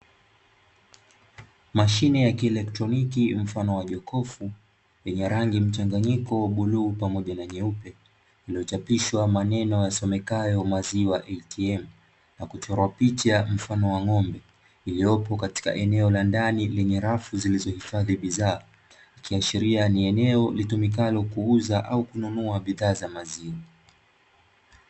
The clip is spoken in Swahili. Mashine ya kieletroniki mfano wa jokofu, lenye rangi mchanganyiko bluu pamoja na nyeupe, iliyochapishwa maneno yasomekayo maziwa "ATM", na kuchorwa picha mfano wa ng'ombe, iliyopo katika eneo la ndani lenye rafu zilizohifadhi bidhaa, ikiashiria ni eneo litumikalo kuuza au kununua bidhaa za maziwa.